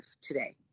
today